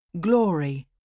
Glory